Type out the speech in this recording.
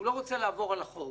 הוא לא רוצה לעבור על החוק